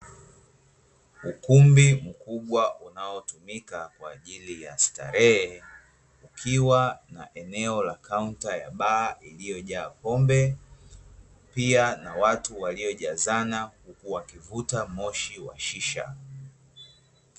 Ukumbi mkubwa unaotumika kwa ajili ya starehe, ukiwa na eneo la kaunta ya baa, iliyojaa pombe; pia na watu waliojazana huku wakivuta moshi wa shisha.